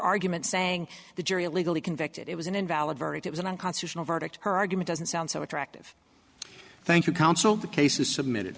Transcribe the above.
argument saying the jury legally convicted it was an invalid verdict it was an unconstitutional verdict her argument doesn't sound so attractive thank you counsel the case is submitted